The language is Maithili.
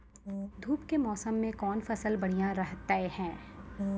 धूप के मौसम मे कौन फसल बढ़िया रहतै हैं?